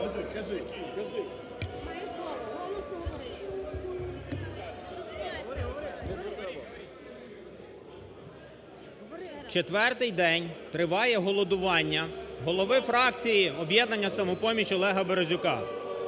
Четвертий день триває голодування голови фракції "Об'єднання "Самопоміч" Олега Березюка,